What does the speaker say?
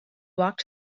walked